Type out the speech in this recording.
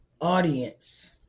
audience